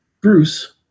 Bruce